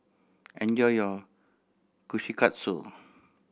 enjoy your Kushikatsu